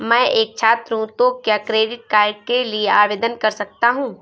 मैं एक छात्र हूँ तो क्या क्रेडिट कार्ड के लिए आवेदन कर सकता हूँ?